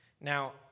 Now